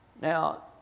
Now